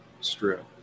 strip